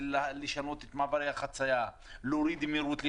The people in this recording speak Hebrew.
לשנות את מעברי החציה ליד בתי ספר ולהוריד מהירות,